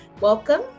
Welcome